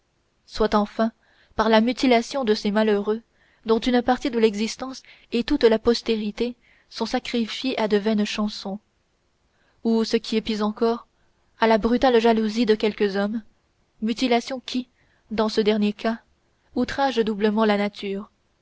soit enfin par la mutilation de ces malheureux dont une partie de l'existence et toute la postérité sont sacrifiées à de vaines chansons ou ce qui est pis encore à la brutale jalousie de quelques hommes mutilation qui dans ce dernier cas outrage doublement la nature